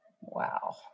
Wow